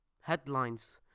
headlines